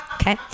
okay